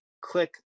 click